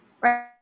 right